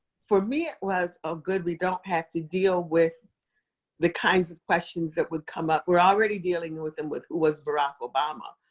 for me, it was, oh good, we don't have to deal with the kinds of questions that would come up, we're already dealing and with them with who was barack obama,